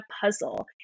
puzzle